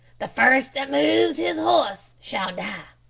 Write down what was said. the first that moves his horse shall die.